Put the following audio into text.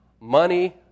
Money